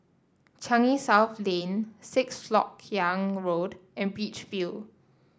Changi South Lane Sixth LoK Yang Road and Beach View